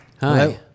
Hi